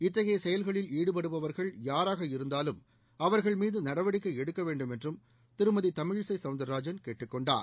இத்தகைய செயல்களில் ஈடுபடுபவர்கள் யாராக இருந்தாலும் அவர்கள் மீது நடவடிக்கை எடுக்க வேண்டுமென்றும் திருமதி தமிழிசை சௌந்தர்ராஜன் கேட்டுக் கொண்டார்